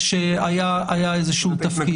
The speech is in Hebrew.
-- שהיה איזשהו תפקיד.